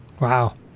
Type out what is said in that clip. Wow